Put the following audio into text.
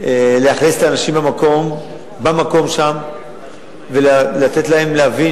כדי להשהות את האנשים במקום שם ולתת להם להבין